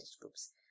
groups